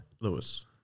Lewis